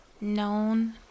known